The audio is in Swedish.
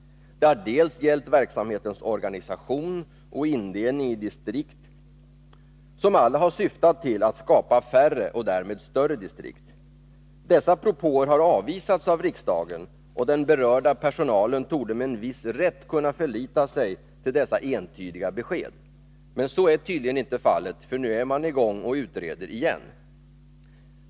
De har bl.a. gällt verksamhetens organisation och indelning i distrikt, och alla har syftat till att skapa färre och därmed större distrikt. Dessa propåer har avvisats av riksdagen, och den berörda personalen borde med en viss rätt kunna förlita sig till dessa entydiga besked. Men så är tydligen inte fallet, för nu är man i gång och utreder igen!